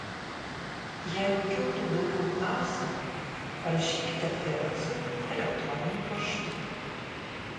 jeigu kiltų daugiau klausimų rašykite feliksui elektroniniu paštu